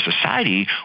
society